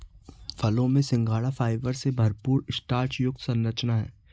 फलों में सिंघाड़ा फाइबर से भरपूर स्टार्च युक्त संरचना है